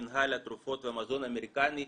מינהל התרופות והמזון האמריקאי,